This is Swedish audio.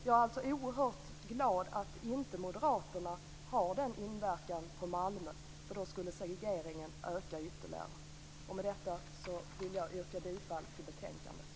Jag är alltså oerhört glad att moderaterna inte har denna inverkan på Malmö. Då skulle segregeringen öka ytterligare. Med detta vill jag yrka bifall till betänkandet.